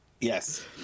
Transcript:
Yes